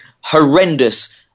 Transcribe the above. horrendous